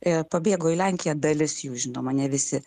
pabėgo į lenkiją dalis jų žinoma ne visi